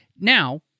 Now